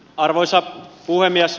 arvoisa puhemies